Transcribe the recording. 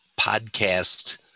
podcast